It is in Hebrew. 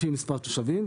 לפי מספר תושבים,